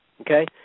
Okay